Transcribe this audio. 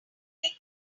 thick